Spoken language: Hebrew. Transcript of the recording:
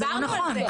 זה לא נכון.